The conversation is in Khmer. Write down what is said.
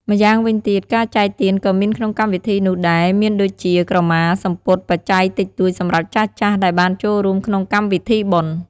ម្យ៉ាងវិញទៀតការចែកទានក៏មានក្នុងកម្មវិធីនោះដែលមានដូចជា ក្រមា សំពត់ បច្ច័យតិចតួចសម្រាប់ចាស់ៗដែលបានចូលរួមក្នុងកម្មវិធីបុណ្យ។